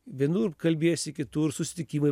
vienur kalbiesi kitur susitikimai